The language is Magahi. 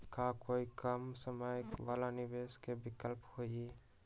का कोई कम समय वाला निवेस के विकल्प हई?